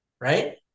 right